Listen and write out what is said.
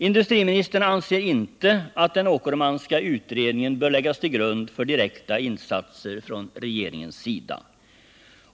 Industriministern anser inte att den Åkermanska utredningen bör läggas till grund för direkta insatser från regeringens sida.